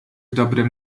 dobrem